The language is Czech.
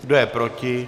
Kdo je proti?